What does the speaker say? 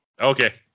Okay